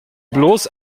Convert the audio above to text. bloß